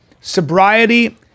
sobriety